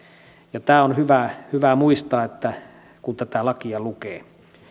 ja tämä on hyvä hyvä muistaa kun tätä lakia lukee